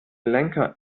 lenker